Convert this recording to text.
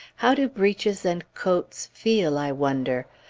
how do breeches and coats feel, i wonder?